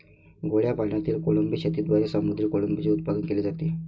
गोड्या पाण्यातील कोळंबी शेतीद्वारे समुद्री कोळंबीचे उत्पादन केले जाते